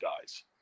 guys